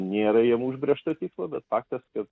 nėra jiem užbrėžto tikslo bet faktas kad